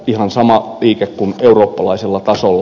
ihan sama liike kuin eurooppalaisella tasolla